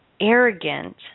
Arrogant